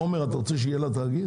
עומר אתה רוצה שיהיה לה תאגיד?